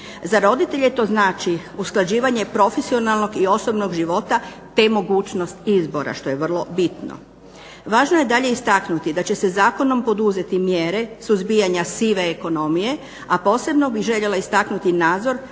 Za roditelje to znači usklađivanje profesionalnog i osobnog života, te mogućnost izbora što je vrlo bitno. Važno je dalje istaknuti da će se zakonom poduzeti mjere suzbijanja sive ekonomije, a posebno bih željela istaknuti nadzor